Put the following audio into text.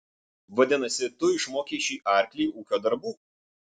vadinasi tu išmokei šį arklį ūkio darbų